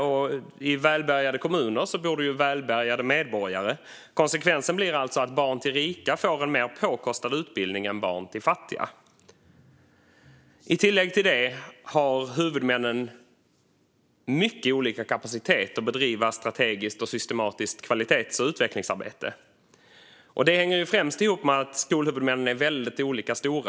Och i välbärgade kommuner bor det välbärgade medborgare. Konsekvensen blir alltså att barn till rika får en mer påkostad utbildning än barn till fattiga. I tillägg till det har huvudmännen mycket olika kapacitet att bedriva strategiskt och systematiskt kvalitets och utvecklingsarbete. Det hänger främst ihop med att skolhuvudmännen är väldigt olika stora.